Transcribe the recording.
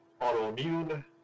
autoimmune